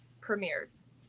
premieres